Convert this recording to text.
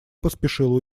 поспешил